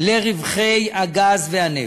לרווחי הגז והנפט.